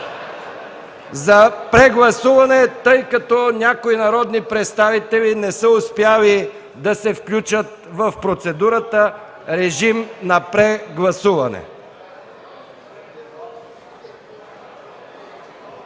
за прегласуване, тъй като някои народни представители не са успели да се включат в процедурата. Режим на прегласуване!